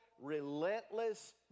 relentless